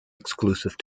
exclusive